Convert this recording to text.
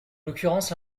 l’occurrence